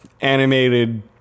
animated